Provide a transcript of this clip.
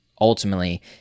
ultimately